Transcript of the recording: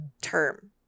term